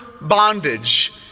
bondage